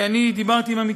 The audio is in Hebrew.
אני דיברתי אתו